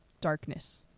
darkness